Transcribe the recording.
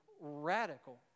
radical